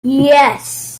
yes